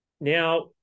now